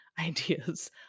ideas